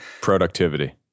productivity